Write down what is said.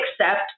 accept